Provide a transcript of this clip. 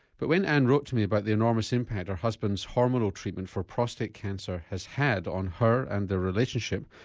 but when ann wrote to me about the enormous impact her husband's hormonal treatment for prostate cancer has had on her and their relationship,